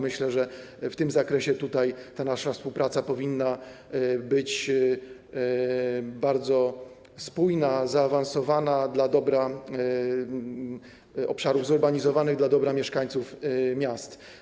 Myślę, że w tym zakresie ta nasza współpraca powinna być bardzo spójna, zaawansowana dla dobra obszarów zurbanizowanych, dla dobra mieszkańców miast.